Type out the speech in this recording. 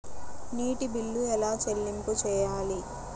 నీటి బిల్లు ఎలా చెల్లింపు చేయాలి?